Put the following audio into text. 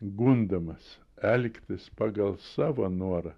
gundomas elgtis pagal savo norą